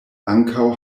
ankaŭ